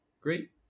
Great